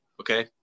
Okay